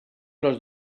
los